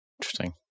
Interesting